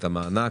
המענק.